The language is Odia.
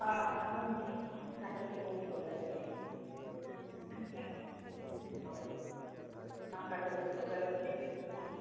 ହଁ ହଁ କାଠ ତ ବହୁତ ପ୍ରକାର ଅଛି ହେଲା ହଉ ହଁ କାଠ ବହୁତ ପ୍ରକାର ଅଛି